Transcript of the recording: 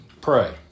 pray